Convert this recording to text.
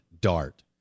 Dart